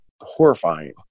horrifying